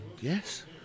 Yes